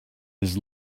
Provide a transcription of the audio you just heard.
his